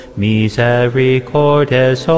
misericordes